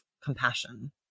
compassion